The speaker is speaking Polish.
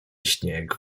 śnieg